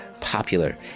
popular